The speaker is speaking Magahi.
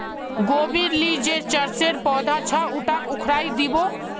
गोबीर ली जे चरसेर पौधा छ उटाक उखाड़इ दी बो